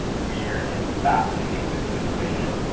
weird, and fascinating bits of information.